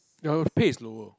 the pay is lower